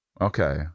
okay